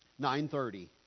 930